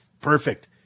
Perfect